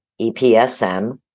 EPSM